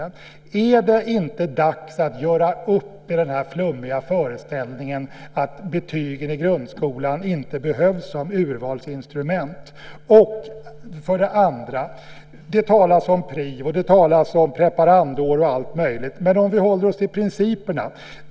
För det första: Är det inte dags att göra upp med den flummiga föreställningen att betygen i grundskolan inte behövs som urvalsinstrument? Och för det andra: Det talas om PRIV, om preparandår och om allt möjligt, och statsrådet citerar Lärarnas Riksförbund.